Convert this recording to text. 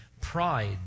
pride